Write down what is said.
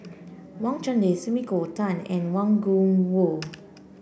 Wang Chunde Sumiko Tan and Wang Gungwu